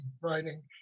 writing